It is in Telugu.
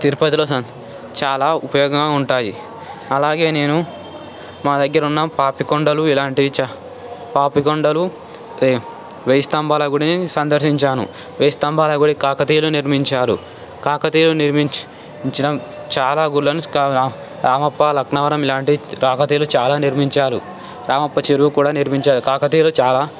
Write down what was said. తిరుపతిలో చాలా ఉపయోగం ఉంటాయి అలాగే నేను మా దగ్గర ఉన్న పాపికొండలు ఇలాంటి పాపికొండలు వేయి స్తంభాల గుడిని సందర్శించాను వేయి స్తంభాల గుడి కాకతీయులు నిర్మించారు కాకతీయులు నిర్మించడం చాలా గోలన్స్ రామప్ప లక్నవరం ఇలాంటి కాకతీయులు చాలా నిర్మించారు రామప్ప చెరువు కూడా నిర్మించారు కాకతీయులు చాలా